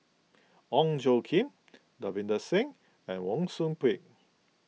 Ong Tjoe Kim Davinder Singh and Wang Sui Pick